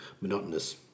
monotonous